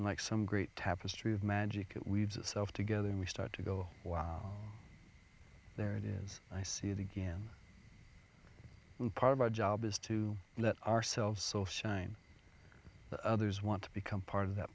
like some great tapestry of magic it weaves itself together and we start to go wow there it is i see it again and part of our job is to let ourselves so shine that others want to become part of th